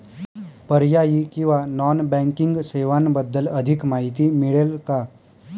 पर्यायी किंवा non banking सेवांबद्दल अधिक माहिती मिळेल का?